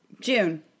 June